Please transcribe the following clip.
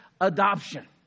adoption